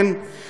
מה הוא אמר,